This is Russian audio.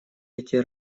эти